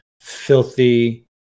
filthy